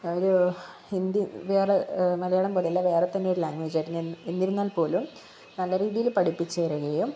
അത് ഹിന്ദി വേറേ മലയാളം പോലെയല്ല വേറെത്തന്നെ ഒര് ലാംഗ്വേജ് ആയിരുന്നു എന്ന് എന്നിരുന്നാൽ പോലും നല്ല രീതിയിൽ പഠിപ്പിച്ച് തരികയും